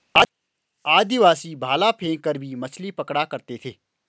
आदिवासी भाला फैंक कर भी मछली पकड़ा करते थे